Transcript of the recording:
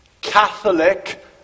Catholic